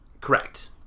Correct